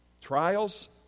trials